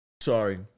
sorry